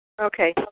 Okay